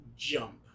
jump